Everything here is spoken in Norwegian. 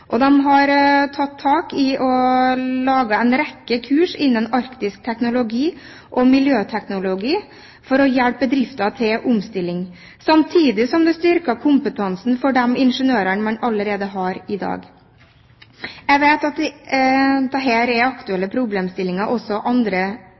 har tatt tak og laget en rekke kurs innen arktisk teknologi og miljøteknologi for å hjelpe bedrifter til omstilling, samtidig som det styrker kompetansen for de ingeniørene man allerede har i dag. Jeg vet at dette er aktuelle problemstillinger også andre steder i landet hvor denne næringen nå er